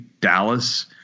Dallas